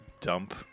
dump